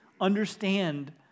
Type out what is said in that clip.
understand